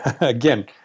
again